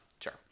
Sure